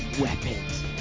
weapons